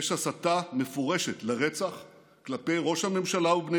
יש הסתה מפורשת לרצח של ראש הממשלה ובני